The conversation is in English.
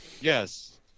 Yes